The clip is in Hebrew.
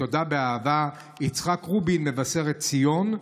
בתודה, באהבה, יצחק רובין, מבשרת ציון.